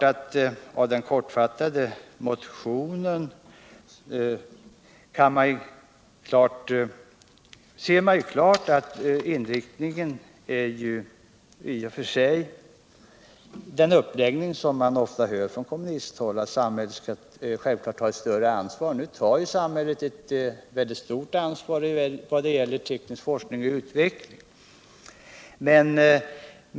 Av den kortfattade motionen ser man klart att uppläggningen är densamma som kommunistiska förslag ofta har, nämligen att samhället skall ta ett större ansvar. Nu tar samhället ett mycket stort ansvar för den tekniska forskningen och utvecklingen.